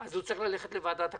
אז הוא יצטרך ללכת לוועדת הכלכלה,